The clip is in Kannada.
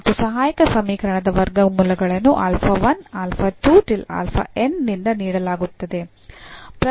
ಮತ್ತು ಸಹಾಯಕ ಸಮೀಕರಣದ ವರ್ಗಮೂಲಗಳನ್ನು ನಿಂದ ನೀಡಲಾಗುತ್ತದೆ